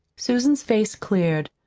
susan's face cleared.